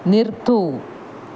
നിർത്തൂ